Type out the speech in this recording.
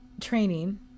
training